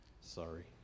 Sorry